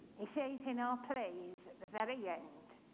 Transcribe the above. he says in our plays, at the very end,